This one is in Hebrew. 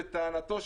לטענתו,